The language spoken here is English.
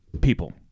People